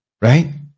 Right